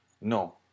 No